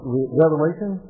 Revelation